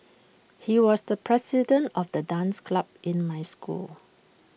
he was the president of the dance club in my school